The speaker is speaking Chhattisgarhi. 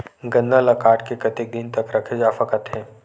गन्ना ल काट के कतेक दिन तक रखे जा सकथे?